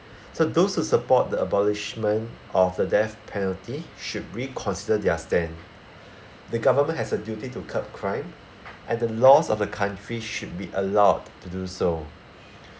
so those who support the abolishment of the death penalty should reconsider their stand the government has a duty to curb crime and the laws of the country should be allowed to do so